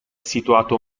situato